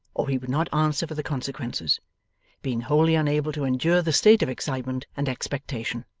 or he would not answer for the consequences being wholly unable to endure the state of excitement and expectation.